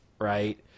right